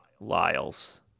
Lyles